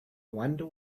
wonder